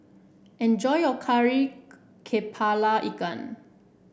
enjoy your Kari kepala Ikan